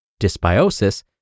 dysbiosis